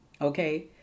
okay